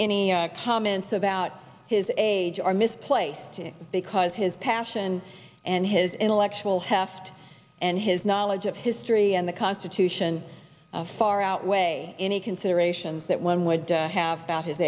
any comments about his age are misplaced to because his passion and his intellectual heft and his knowledge of history and the constitution far outweigh any considerations that one would have thought his